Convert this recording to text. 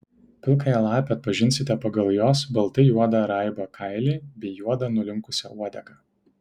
pilkąją lapę atpažinsite pagal jos baltai juodą raibą kailį bei juodą nulinkusią uodegą